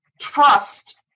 trust